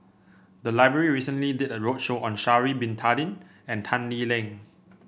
the library recently did a roadshow on Sha'ari Bin Tadin and Tan Lee Leng